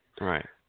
Right